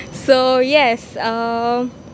so yes uh